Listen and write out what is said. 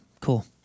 Cool